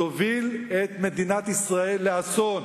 תוביל את מדינת ישראל לאסון.